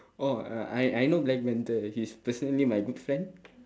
oh uh I I know black panther he's personally my good friend